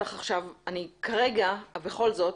כרגע בכל זאת,